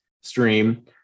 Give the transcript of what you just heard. stream